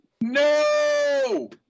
No